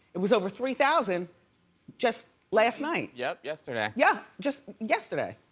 it was over three thousand just last night. yep yesterday. yeah, just yesterday.